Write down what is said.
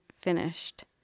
finished